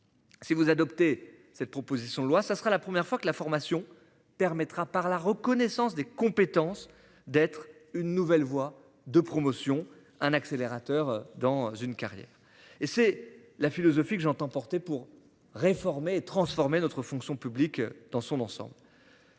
Si vous adoptez cette proposition de loi. Ça sera la première fois que la formation permettra par la reconnaissance des compétences d'être une nouvelle voie de promotion un accélérateur dans une carrière et c'est la philosophie que j'entends porter pour réformer transformer notre fonction publique dans son ensemble.